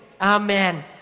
Amen